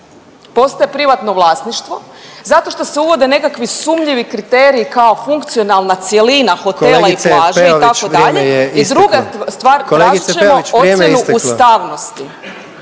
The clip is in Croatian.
postaje privatno vlasništvo zato što se uvode nekakvi sumnjivi kriteriji kao funkcionalna cjelina hotela i plaža itd. …/Upadica: Kolegice Peović,